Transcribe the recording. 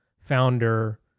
founder